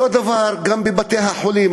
אותו דבר גם בבתי-החולים.